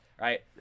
right